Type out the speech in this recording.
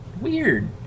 weird